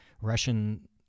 russian